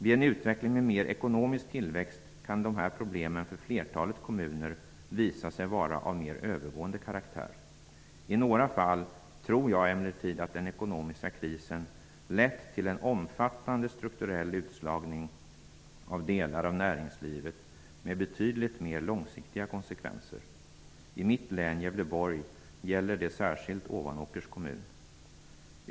Vid en utveckling med mer ekonomisk tillväxt kan dessa problem för flertalet kommuner visa sig vara av mer övergående karaktär. I några fall tror jag emellertid att den ekonomiska krisen lett till en omfattande strukturell utslagning av delar av näringslivet med betydligt mer långsiktiga konsekvenser. I mitt län, Gävleborg, gäller det framför allt Ovanåkers kommun.